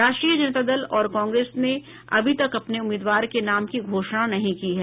राष्ट्रीय जनता दल और कांग्रेस ने अभी तक अपने उम्मीदवार के नाम की घोषणा नहीं की है